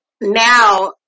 now